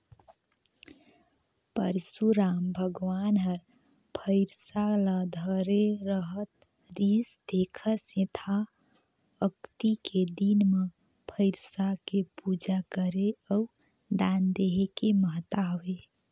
परसुराम भगवान हर फइरसा ल धरे रहत रिहिस तेखर सेंथा अक्ती के दिन मे फइरसा के पूजा करे अउ दान देहे के महत्ता हवे